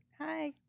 Hi